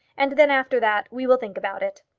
and then, after that, we will think about it.